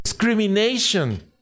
discrimination